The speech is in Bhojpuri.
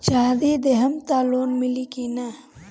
चाँदी देहम त लोन मिली की ना?